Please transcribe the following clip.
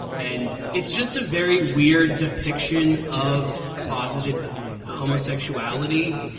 and it's just a very weird depiction of closeted homosexuality,